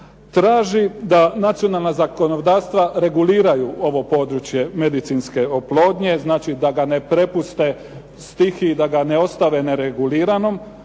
Traži da nacionalna zakonodavstva reguliraju ovo područje medicinske oplodnje, znači da ga ne prepuste stihiji, da ga ne ostave nereguliranog,